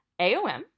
AOM